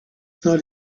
not